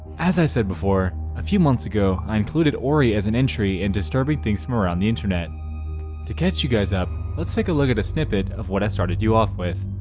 as i said before a few months ago i included orie as an entry in disturbing things from around the internet to catch you guys up. let's take a look at a snippet of what i started you off with